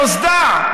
שנוסדה,